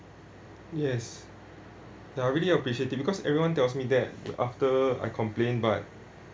yes I really appreciate it because everyone tells me that after I complain but